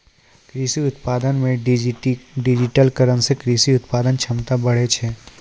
कृषि उत्पादन मे डिजिटिकरण से कृषि उत्पादन क्षमता बढ़ै छै